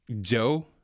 Joe